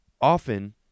Often